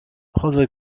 chodzę